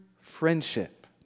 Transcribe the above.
friendship